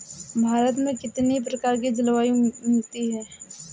भारत में कितनी प्रकार की जलवायु मिलती है?